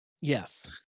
Yes